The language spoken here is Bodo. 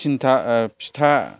फिथा